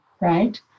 right